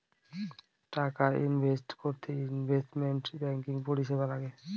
টাকা ইনভেস্ট করতে investment banking পরিষেবা লাগে